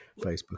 facebook